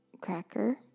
cracker